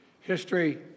History